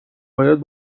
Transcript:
باید